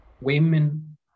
women